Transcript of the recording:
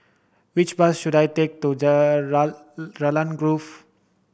which bus should I take to Raglan Grove